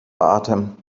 atem